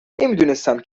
نمیدونستم